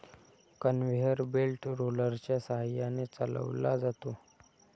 conveyor belt रोलरच्या सहाय्याने चालवला जातो